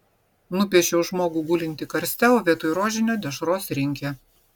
nupiešiau žmogų gulintį karste o vietoj rožinio dešros rinkė